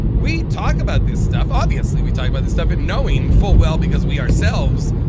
we talk about this stuff obviously, we talked about this stuff and knowing full well, because we ourselves,